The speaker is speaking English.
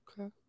Okay